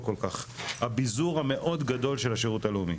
כל כך הביזור המאוד גדול של השירות הלאומי.